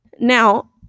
Now